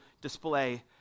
display